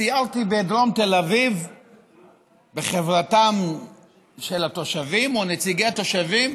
סיירתי בדרום תל אביב בחברתם של התושבים ונציגי התושבים